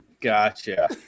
Gotcha